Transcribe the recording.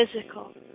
physical